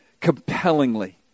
compellingly